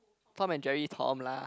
Tom and Jerry Tom lah